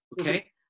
Okay